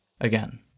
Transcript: Again